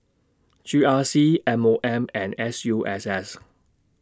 G R C M O M and S U S S